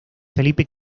felipe